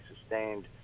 sustained